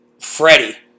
Freddie